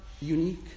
unique